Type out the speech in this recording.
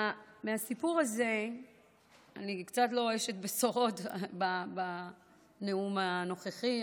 אני קצת לא אשת בשורות בנאום הנוכחי,